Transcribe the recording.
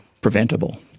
preventable